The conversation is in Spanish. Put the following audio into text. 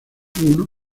uno